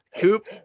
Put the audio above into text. Coop